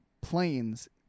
planes